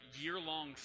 year-long